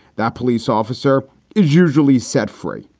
that police officer is usually set free.